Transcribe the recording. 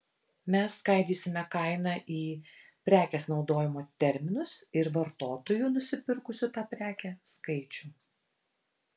mes skaidysime kainą į prekės naudojimo terminus ir vartotojų nusipirkusių tą prekę skaičių